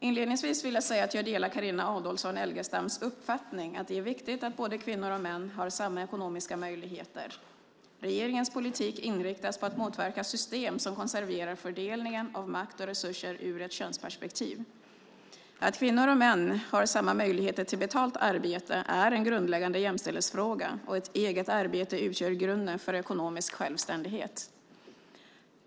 Inledningsvis vill jag säga att jag delar Carina Adolfsson Elgestams uppfattning att det är viktigt att både kvinnor och män har samma ekonomiska möjligheter. Regeringens politik inriktas på att motverka system som konserverar fördelningen av makt och resurser ur ett könsperspektiv. Att kvinnor och män har samma möjligheter till betalt arbete är en grundläggande jämställdhetsfråga, och ett eget arbete utgör grunden för ekonomisk självständighet.